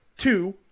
Two